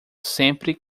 sempre